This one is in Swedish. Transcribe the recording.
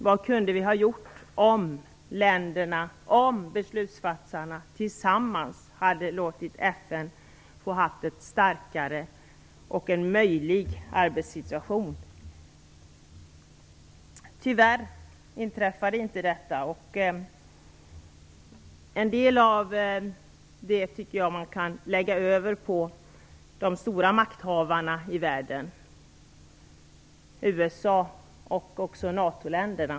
Vad kunde vi ha gjort om länderna och beslutsfattarna tillsammans hade låtit FN ha en starkare och en möjlig arbetssituation? Tyvärr inträffade inte detta. En del av ansvaret för det tycker jag att vi kan lägga på de stora makthavarna i världen: USA och NATO-länderna.